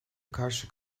karşı